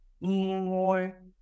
more